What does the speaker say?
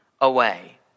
away